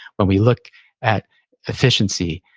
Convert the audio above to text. when we look at efficiency,